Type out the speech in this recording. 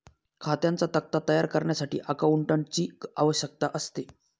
खात्यांचा तक्ता तयार करण्यासाठी अकाउंटंटची आवश्यकता असते